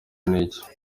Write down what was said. n’iki